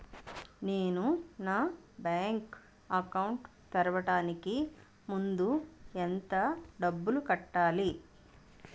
నేను నా bank account తెరవడానికి ముందు ఎంత డబ్బులు కట్టాలి?